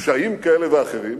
בפשעים כאלה ואחרים,